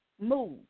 move